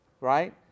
right